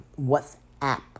WhatsApp